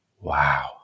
wow